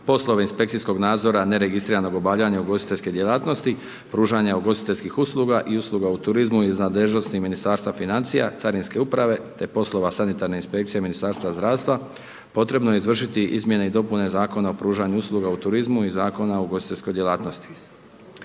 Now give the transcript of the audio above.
poslove inspekcijskog nadzora neregistriranog obavljanja ugostiteljske djelatnosti, pružanja ugostiteljskih usluga i usluga u turizmu iz nadležnosti Ministarstva financija, Carinske uprave te poslova Sanitarne inspekcije Ministarstva zdravstva, potrebno je izvršiti izmjene i dopune Zakona o pružanju usluga u turizmu i Zakona o ugostiteljskoj djelatnosti.